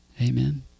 Amen